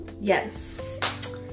yes